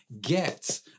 get